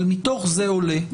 אבל מתוך זה עולה,